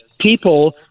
people